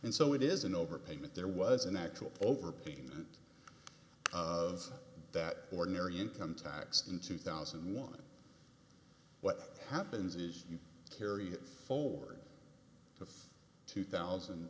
and so it is an overpayment there was an actual overpayment of that ordinary income tax in two thousand and one what happens is you carry it forward to thousand